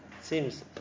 seems